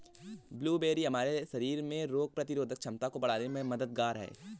blueberry हमारे शरीर में रोग प्रतिरोधक क्षमता को बढ़ाने में मददगार है